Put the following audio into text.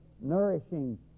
nourishing